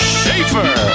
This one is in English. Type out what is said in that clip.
Schaefer